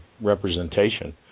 representation